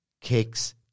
kicks